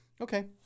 Okay